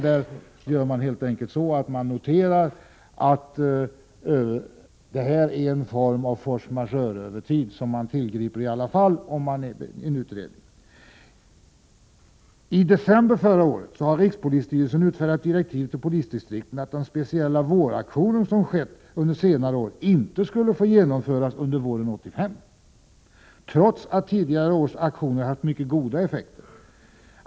Där noterar man helt enkelt att narkotikaspaning är en form av force majeure-övertid, som man tillgriper i alla fall om man är inne i en utredning. I december förra året utfärdade rikspolisstyrelsen direktiv till polisdistrikten att den speciella våraktion som skett under senare år inte skulle få genomföras under våren 1985, trots att tidigare års aktioner haft mycket goda effekter.